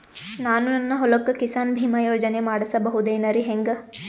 ನಾನು ನನ್ನ ಹೊಲಕ್ಕ ಕಿಸಾನ್ ಬೀಮಾ ಯೋಜನೆ ಮಾಡಸ ಬಹುದೇನರಿ ಹೆಂಗ?